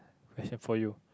question for you